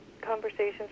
conversations